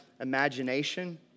imagination